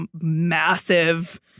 massive